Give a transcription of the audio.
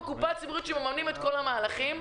הם הקופה הציבורית שמממנים את כל המהלכים.